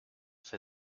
for